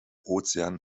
ozean